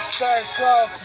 circle